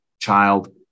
child